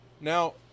now